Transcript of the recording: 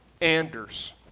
Anders